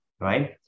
right